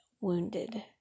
wounded